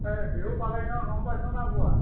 এই বিহু পালেহি নহয় গম পাইছ নাইপোৱা